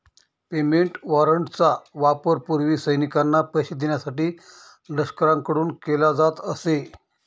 payment वॉरंटचा वापर पूर्वी सैनिकांना पैसे देण्यासाठी लष्कराकडून केला जात असे